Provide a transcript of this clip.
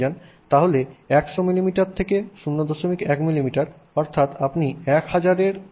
তাহলে 100 মিলিমিটার থেকে 01 মিমি অর্থাৎ আপনি 1000 এর একটি গুণকে নেমে গেছেন